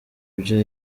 ibyo